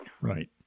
Right